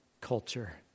culture